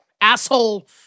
asshole